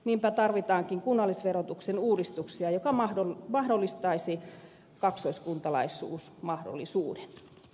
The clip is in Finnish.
niinpä tarvitaankin kunnallisverotuksen uudistus joka avaisi kaksoiskuntalaisuuden mahdollisuuden